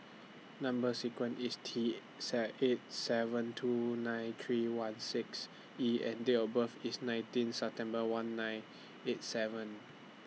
Number sequence IS T set eight seven two nine three one six E and Date of birth IS nineteen September one nine eight seven